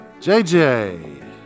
JJ